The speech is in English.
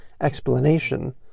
explanation